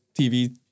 TV